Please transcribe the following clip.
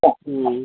अस्सी